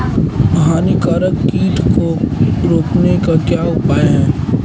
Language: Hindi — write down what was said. हानिकारक कीट को रोकने के क्या उपाय हैं?